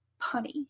punny